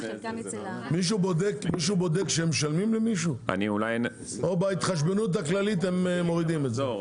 מישהו בודק שהם משלמים למישהו או בהתחשבנות הכללית הם מורידים את זה?